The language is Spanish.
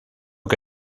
que